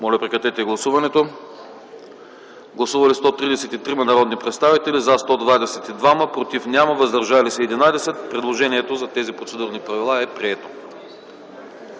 Моля, гласувайте. Гласували 133 народни представители: за 122, против няма, въздържали се 11. Предложението за тези процедурни правила е прието.